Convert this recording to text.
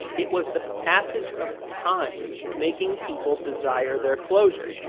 it was the passage of time making people desire their closure.